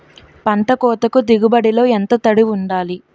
పంట కోతకు దిగుబడి లో ఎంత తడి వుండాలి?